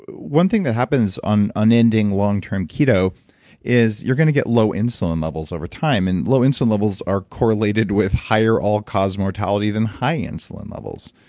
one thing that happens on unending long term keto is you're going to get low insulin levels over time, and low insulin levels are correlated with higher all-cause mortality than high insulin levels.